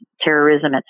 terrorism